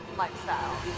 lifestyle